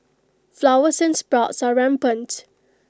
flowers and sprouts are rampant